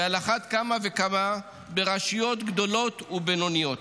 ועל אחת כמה וכמה ברשויות גדולות ובינוניות,